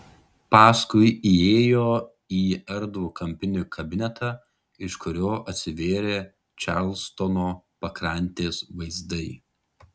paskui įėjo į erdvų kampinį kabinetą iš kurio atsivėrė čarlstono pakrantės vaizdai